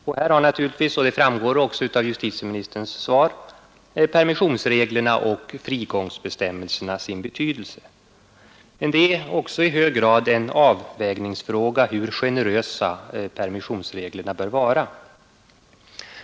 Och här har naturligtvis — det framgår också av justitieministerns svar — permissionsreglerna och frigångsbestämmelserna sin betydelse. Men det är i hög grad en avvägningsfråga hur generösa permissionsreglerna bör vara.